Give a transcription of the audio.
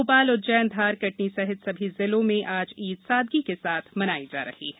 भोपाल उज्जैन धार कटनी सहित सभी जिलों में जिले में आज ईद सादगी के साथ मनाई जा रही है